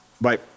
Bye